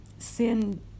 sin